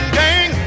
gang